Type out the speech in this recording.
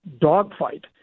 dogfight